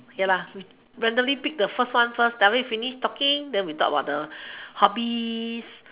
ya randomly pick the first one first then after finish talking then we talk about the hobbies